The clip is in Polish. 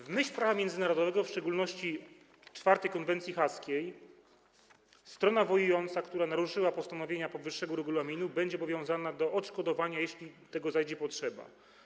W myśl prawa międzynarodowego, w szczególności IV konwencji haskiej, strona wojująca, która naruszyła postanowienia powyższego regulaminu, będzie obowiązana do odszkodowania, jeśli zajdzie taka potrzeba.